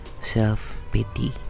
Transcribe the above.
self-pity